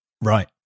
Right